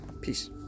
Peace